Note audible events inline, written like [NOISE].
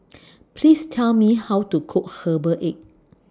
[NOISE] Please Tell Me How to Cook Herbal Egg